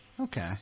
okay